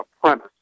premise